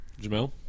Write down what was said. Jamel